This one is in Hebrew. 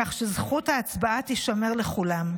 כך שזכות ההצבעה תישמר לכולם.